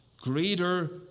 greater